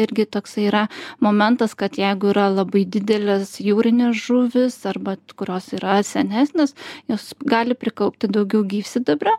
irgi toksai yra momentas kad jeigu yra labai didelės jūrinės žuvys arba kurios yra senesnės jos gali prikaupti daugiau gyvsidabrio